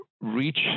reach